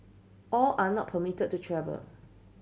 all are not permitted to travel